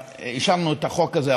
ואישרנו את החוק הזה.